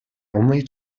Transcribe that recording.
only